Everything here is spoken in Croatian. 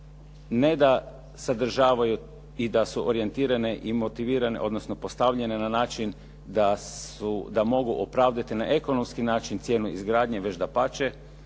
ne da sadržavaju i da su orijentirane i motivirane odnosno postavljene na način da mogu opravdati na ekonomski način cijenu izgradnje već dapače,